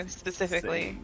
specifically